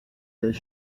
does